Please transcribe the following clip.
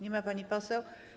Nie ma pani poseł?